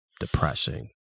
depressing